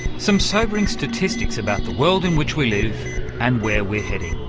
some sobering statistics about the world in which we live and where we're heading.